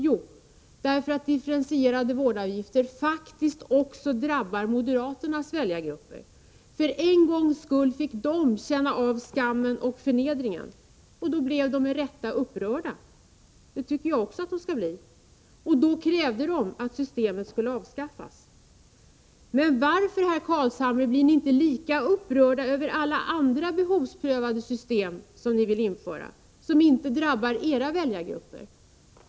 Jo, det beror på att differentierade vårdavgifter faktiskt också drabbar moderaternas väljargrupper. För en gångs skull fick de känna skammen och förnedringen, och då blev de med rätta upprörda — och det tycker jag också att de borde bli. Då krävde de att systemet skulle avskaffas. Men varför, herr Carlshamre, blir ni inte lika upprörda över alla andra behovsprövade system som ni vill införa men som inte drabbar era väljargrupper?